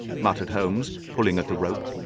muttered holmes, pulling at the rope.